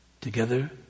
together